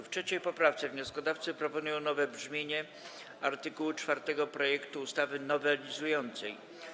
W 3. poprawce wnioskodawcy proponują nowe brzmienie art. 4 projektu ustawy nowelizującej.